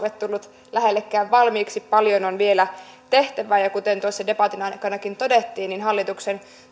ole tullut lähellekään valmiiksi paljon on vielä tehtävää ja kuten tuossa debatin aikanakin todettiin hallituksen